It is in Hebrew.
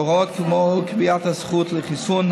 הוראות כמו קביעת הזכות לחיסון,